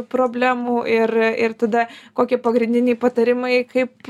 problemų ir ir tada kokie pagrindiniai patarimai kaip